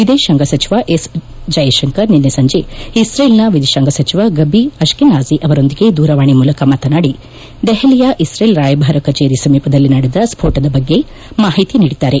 ವಿದೇಶಾಂಗ ಸಚಿವ S Jaishankar ನಿನ್ನೆ ಸಂಜಿ ಇಸ್ರೇಲ್ನ ವಿದೇಶಾಂಗ ಸಚಿವ ಗಬಿ ಅಶ್ಕೆನಾಜಿ ಅವರೊಂದಿಗೆ ದೂರವಾಣಿ ಮೂಲಕ ಮಾತನಾದಿ ದೆಹಲಿಯ ಇಸ್ರೇಲ್ ರಾಯಭಾರ ಕಚೇರಿ ಸಮೀಪದಲ್ಲಿ ನಡೆದ ಸ್ಪೋಟದ ಬಗ್ಗೆ ಮಾಹಿತಿ ನೀಡಿದರು